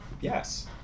Yes